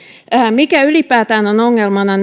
mikä ylipäätään on ongelmana